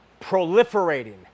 proliferating